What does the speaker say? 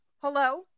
hello